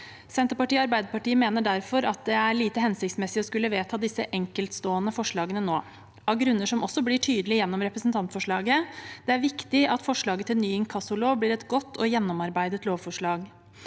Senterpartiet og Arbeiderpartiet mener derfor det er lite hensiktsmessig å skulle vedta disse enkeltstående forslagene nå. Av grunner som også blir tydelige gjennom representantforslaget, er det viktig at forslaget til ny inkassolov blir et godt og gjennomarbeidet lovforslag.